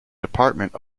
department